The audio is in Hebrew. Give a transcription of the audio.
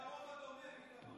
זה הרוב הדומם, איתמר.